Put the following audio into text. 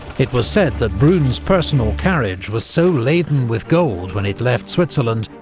it was said that brune's personal carriage was so laden with gold when it left switzerland,